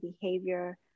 behavior